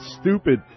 stupid